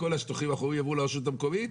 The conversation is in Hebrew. כי השטחים החומים יעברו לרשות המקומית?